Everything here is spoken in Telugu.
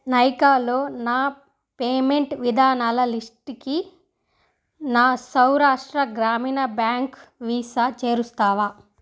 నైకాలో నా పేమెంట్ విధానాల లిస్ట్కి నా సౌరాష్ట్ర గ్రామీణ బ్యాంక్ వీసా చేరుస్తావా